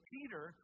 Peter